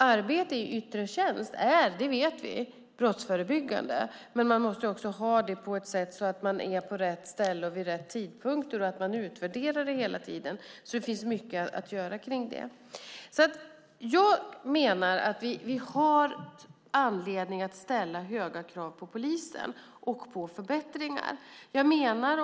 Arbete i yttre tjänst är - det vet vi - brottsförebyggande, men det måste ske så att man är på rätt ställe vid rätt tidpunkt. Arbetet måste sedan utvärderas hela tiden. Det finns mycket att göra. Jag menar att vi har anledning att ställa höga krav på förbättringar inom polisen.